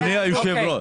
אדוני היושב-ראש,